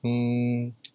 hmm